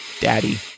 Daddy